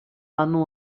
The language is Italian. hanno